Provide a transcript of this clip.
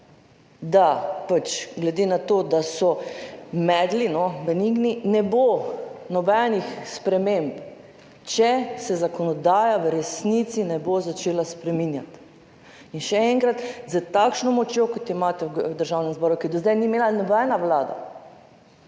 da glede na to, da so medli, benigni, ne bo nobenih sprememb, če se zakonodaja v resnici ne bo začela spreminjati. In še enkrat, s takšno močjo, kot jo imate v Državnem zboru, ki je do zdaj ni imela nobena vlada,